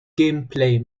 gameplay